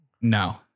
No